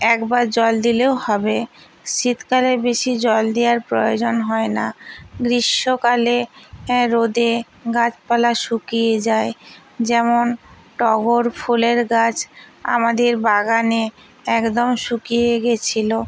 একবার জল দিলেও হবে শীতকালে বেশি জল দেওয়ার প্রয়োজন হয় না গ্রীষ্মকালে রোদে গাছপালা শুকিয়ে যায় যেমন টগর ফুলের গাছ আমাদের বাগানে একদম শুকিয়ে গিয়েছিল